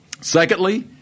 Secondly